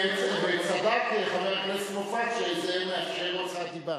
זה, צדק חבר הכנסת מופז שזה מאפשר הוצאת דיבה.